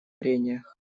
прениях